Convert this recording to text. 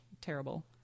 terrible